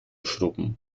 schrubben